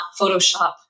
Photoshop